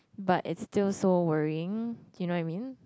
but it's still so worrying you know I mean